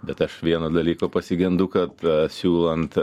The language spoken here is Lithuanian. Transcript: bet aš vieno dalyko pasigendu kad siūlant